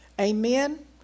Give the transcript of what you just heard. Amen